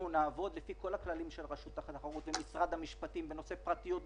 אנחנו נעבוד לפי כל הכללים של רשות התחרות ומשרד המשפטים בנושא פרטיות,